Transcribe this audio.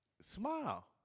smile